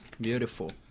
Beautiful